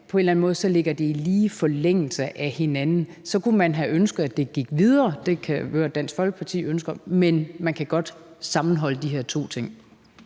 på en eller anden måde ligger de to ting i lige forlængelse af hinanden. Så kunne man have ønsket, at det gik videre end det – det kan jeg høre at Dansk Folkeparti ønsker – men man kan godt sammenholde de to ting.